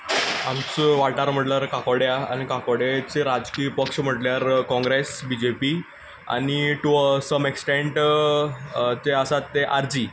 आमचो वाठार म्हटल्यार काकोड्यां आनी काकोड्याचें राजकीय पक्ष म्हटल्यार कॉंग्रेस बी जे पी आनी टू सम एक्स्टेंट जे आसात ते आर जी